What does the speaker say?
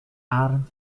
arend